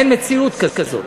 אין מציאות כזאת.